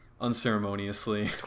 unceremoniously